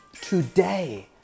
today